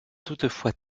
toutefois